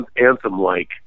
anthem-like